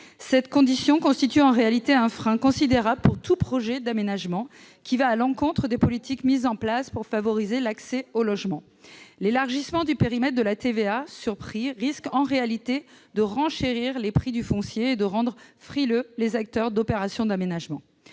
Cette condition constitue un frein considérable pour tout projet d'aménagement, à l'encontre des politiques mises en place pour favoriser l'accès au logement. L'élargissement du périmètre de la TVA sur prix risque, dans les faits, de renchérir les prix du foncier et de rendre frileux les acteurs d'opérations d'aménagement.